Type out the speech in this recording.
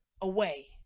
away